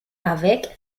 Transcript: avec